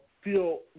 feel